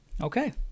okay